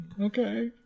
Okay